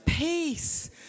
peace